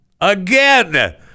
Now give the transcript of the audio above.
again